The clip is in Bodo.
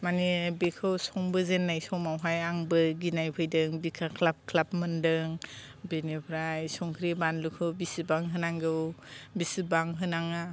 मानि बेखौ संबो जेननाय समावहाय आंबो गिनाय फैदों बिखा ख्लाब ख्लाब मोनदों बिनिफ्राय संख्रि बानलुखौ बिसिबां होनांगौ बिसिबां होनाङा